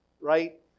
Right